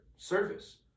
service